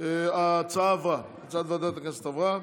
הצעת ועדת הכנסת עברה.